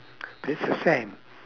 but it's the same